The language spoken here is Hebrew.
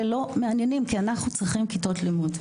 לא מעניינים כי אנחנו צריכים כיתות לימוד.